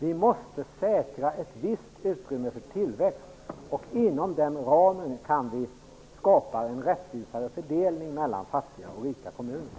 Vi måste säkra ett visst utrymme för tillväxt. Inom den ramen kan vi skapa en rättvisare fördelning mellan fattiga och rika kommuner.